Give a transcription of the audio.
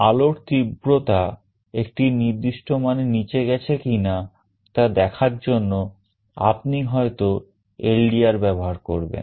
আলোর তীব্রতা একটি নির্দিষ্ট মানের নিচে গেছে কিনা তা দেখার জন্য আপনি হয়তো LDR ব্যবহার করবেন